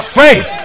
faith